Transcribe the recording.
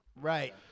Right